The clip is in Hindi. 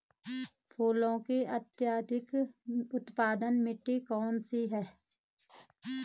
फूलों की अत्यधिक उत्पादन मिट्टी कौन सी है?